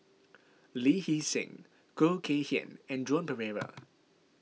Lee Hee Seng Khoo Kay Hian and Joan Pereira